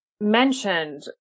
mentioned